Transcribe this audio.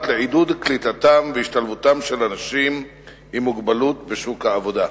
לעידוד קליטתם והשתלבותם של אנשים עם מוגבלות בשוק העבודה.